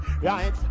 right